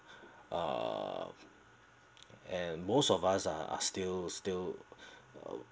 uh and most of us are still still